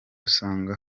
usanga